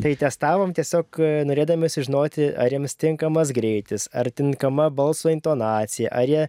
tai testavom tiesiog norėdami sužinoti ar jiems tinkamas greitis ar tinkama balso intonacija ar jie